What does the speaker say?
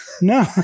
No